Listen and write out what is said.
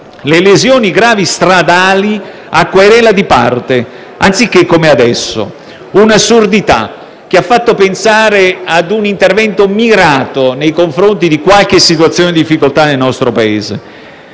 le lesioni gravi stradali a querela di parte, anziché come accade adesso. Si tratta di un'assurdità, che ha fatto pensare ad un intervento mirato nei confronti di qualche situazione di difficoltà nel nostro Paese.